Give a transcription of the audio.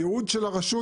הייעוד של הרשות,